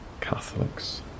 Catholics